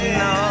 no